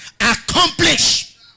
Accomplish